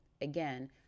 Again